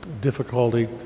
difficulty